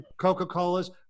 Coca-Cola's